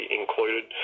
included